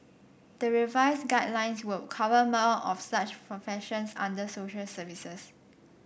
the revised guidelines would cover more of such professions under social services